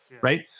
right